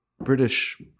British